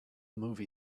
movie